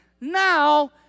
now